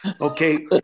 okay